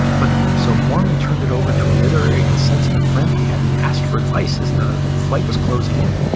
but, so borman turned it over to a literary and sensitive friend he had and asked for advice as the flight was closing in.